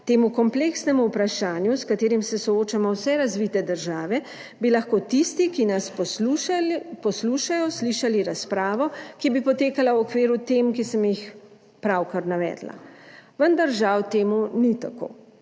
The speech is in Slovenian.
temu kompleksnemu vprašanju s katerim se soočamo vse razvite države, bi lahko tisti, ki nas poslušajo, slišali razpravo, ki bi potekala v okviru tem, ki sem jih pravkar navedla, vendar žal temu ni tako.